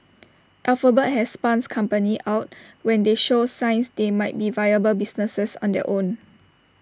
alphabet has spun companies out when they show signs they might be viable businesses on their own